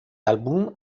álbum